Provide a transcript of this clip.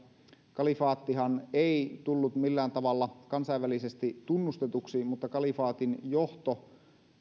kalifaattihan ei tullut millään tavalla kansainvälisesti tunnustetuksi mutta kalifaatin johto